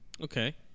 Okay